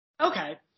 Okay